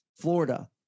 Florida